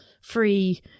free